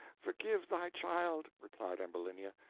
forgive thy child, replied ambulinia.